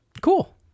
Cool